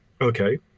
Okay